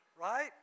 Right